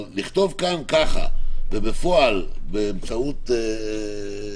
אבל לכתוב כאן ככה ובפועל, באמצעות תקנות